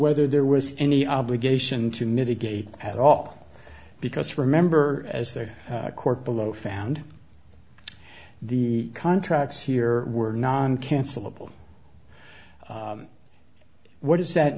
whether there was any obligation to mitigate at all because remember as their court below found the contracts here were non cancelable what does that